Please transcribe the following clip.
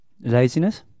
Laziness